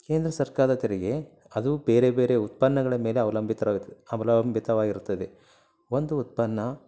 ಕೇಂದ್ರ ಸರ್ಕಾರದ ತೆರಿಗೆ ಅದು ಬೇರೆ ಬೇರೆ ಉತ್ಪನ್ನಗಳ ಮೇಲೆ ಅವಲಂಬಿತವಾಗುತ್ತದೆ ಅವಲಂಬಿತವಾಗಿರುತ್ತದೆ ಒಂದು ಉತ್ಪನ್ನ